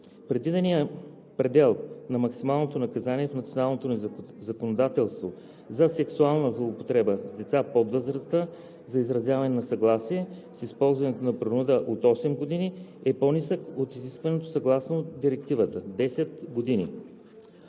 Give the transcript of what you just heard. Предвиденият предел на максималните наказания в националното ни законодателство за сексуална злоупотреба с деца под възрастта за изразяване на съгласие с използването на принуда от осем години е по-нисък от изискваното съгласно Директивата – десет години.